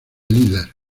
líder